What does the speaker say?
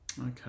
Okay